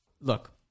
Look